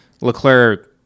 Leclerc